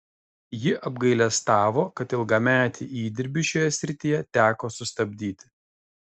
ji apgailestavo kad ilgametį įdirbį šioje srityje teko sustabdyti